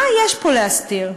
מה יש פה להסתיר?